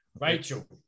Rachel